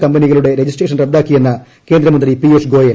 കമ്പനികളുടെ രജിസ്ട്രേഷൻ റദ്ദാക്കിയെന്ന് കേന്ദ്രമന്ത്രി പീയൂഷ് ഗോയൽ